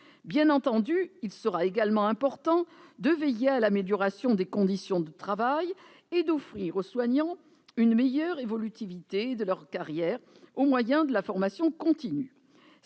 Bien entendu, il sera également important de veiller à l'amélioration des conditions de travail et d'offrir aux soignants une meilleure évolutivité de leur carrière au moyen de la formation continue.